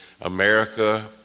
America